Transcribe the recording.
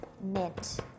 mint